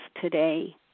today